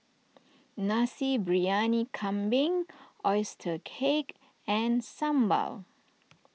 Nasi Briyani Kambing Oyster Cake and Sambal